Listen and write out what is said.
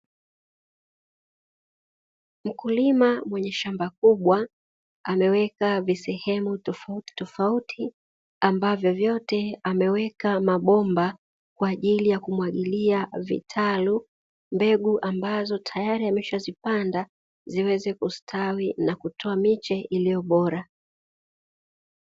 Mkulima mwenye shamba kubwa ameweka visehemu toauti tofauti ambavyo vyote ameweka mabomba kwa ajili ya kumwagilia vitalu, mbegu ambazo tayari ameshazipanda ziweze kustawi na kutoa miche iliyobora.